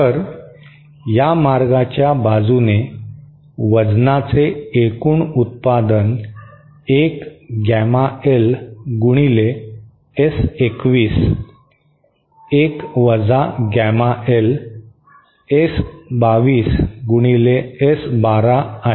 तर या मार्गाच्या बाजूने वजनाचे एकूण उत्पादन एक गॅमा एल गुणिले एस 21 1 वजा गॅमा एल एस 22 गुणिले एस 12 आहे